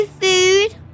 food